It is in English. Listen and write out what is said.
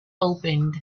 opened